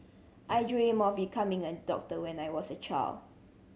I dreamt of becoming a doctor when I was a child